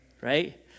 Right